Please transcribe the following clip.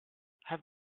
have